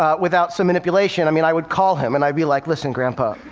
ah without some manipulation. i mean, i would call him, and i'd be like, listen, grandpa,